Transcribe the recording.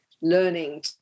learning